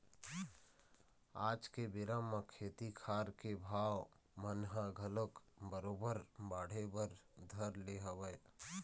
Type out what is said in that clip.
आज के बेरा म खेती खार के भाव मन ह घलोक बरोबर बाढ़े बर धर ले हवय